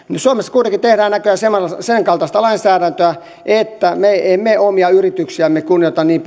suomessa kuitenkin tehdään näköjään sen kaltaista lainsäädäntöä että me emme omia yrityksiämme kunnioita niin